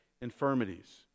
infirmities